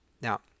now